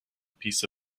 piece